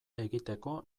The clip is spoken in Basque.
egiteko